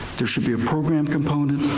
there should be a program component,